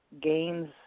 gains